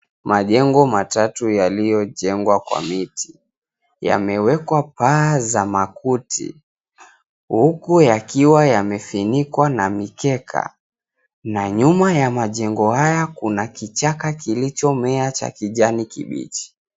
Majengo matatu yaliyojengwa kwa miti yamewekwa paa za makuti huku yakiwa yamefunikwa na mikeka. Na nyuma ya majengo haya kuna kichaka kilichomea cha kijani kibichi.